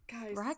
Guys